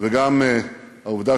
וגם העובדה